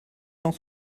cent